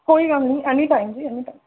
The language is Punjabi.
ਕੋਈ ਗੱਲ ਨਹੀਂ anytime ji any time